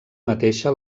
mateixa